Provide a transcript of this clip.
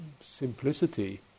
simplicity